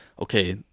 okay